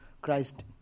Christ